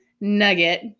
nugget